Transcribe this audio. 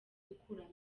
gukuramo